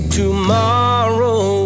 tomorrow